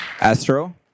Astro